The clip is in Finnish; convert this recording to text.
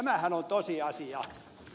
tämähän on tosiasia